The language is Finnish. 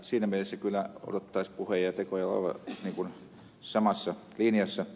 siinä mielessä kyllä odottaisi puheiden ja tekojen olevan samassa linjassa